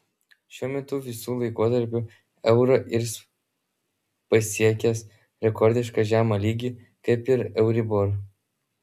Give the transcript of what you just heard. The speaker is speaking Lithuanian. šiuo metu visų laikotarpių euro irs pasiekęs rekordiškai žemą lygį kaip ir euribor